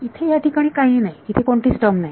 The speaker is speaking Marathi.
इथे या ठिकाणी काहीही नाही इथे कोणतीच टर्म नाही